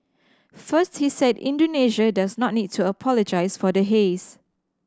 first he said Indonesia does not need to apologise for the haze